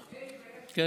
והכול.